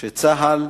שצה"ל,